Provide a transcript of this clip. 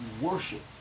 worshipped